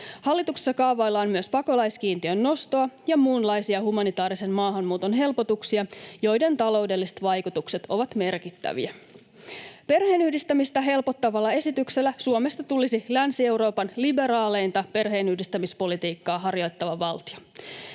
Hallituksessa kaavaillaan myös pakolaiskiintiön nostoa ja muunlaisia humanitaarisen maahanmuuton helpotuksia, joiden taloudelliset vaikutukset ovat merkittäviä. Perheenyhdistämistä helpottavalla esityksellä Suomesta tulisi Länsi-Euroopan liberaaleinta perheenyhdistämispolitiikkaa harjoittava valtio.